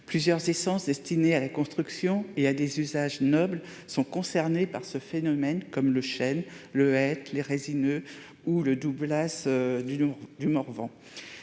Plusieurs essences destinées à la construction et à des usages nobles sont concernées par ce phénomène, comme le chêne, le hêtre, les résineux ou le douglas du Morvan.